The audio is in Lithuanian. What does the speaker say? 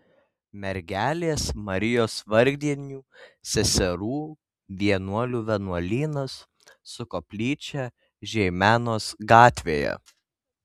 mergelės marijos vargdienių seserų vienuolių vienuolynas su koplyčia žeimenos gatvėje